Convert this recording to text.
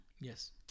Yes